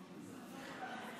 בקואליציה.